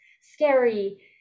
scary